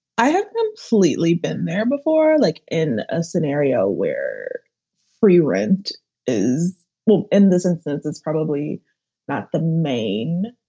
i have completely been there before. like in a scenario where free rent is in this instance, it's probably not the main.